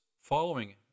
following